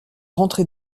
rentré